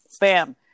Bam